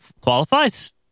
qualifies